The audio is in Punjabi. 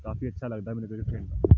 ਕਾਫੀ ਅੱਛਾ ਲੱਗਦਾ ਮੈਨੂੰ ਕ੍ਰਿਕਟ ਖੇਡਣਾ